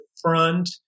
front